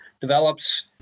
develops